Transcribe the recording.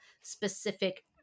specific